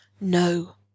No